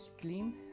clean